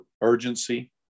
urgency